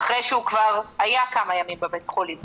אחרי שהוא כבר היה כמה ימים בבית חולים.